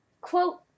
quote